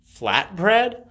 flatbread